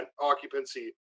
occupancy